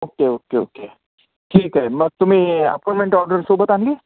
okay okay okay ठीक आहे मग तुम्ही अपॉइंमेंट ऑर्डर सोबत आणली आहे